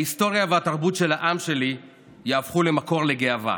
ההיסטוריה והתרבות של העם שלי יהפכו למקור לגאווה